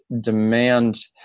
demand